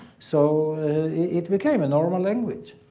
so it became a normal language.